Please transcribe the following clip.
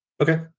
Okay